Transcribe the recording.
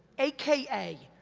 a k a.